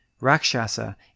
Rakshasa